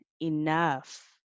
enough